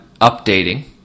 updating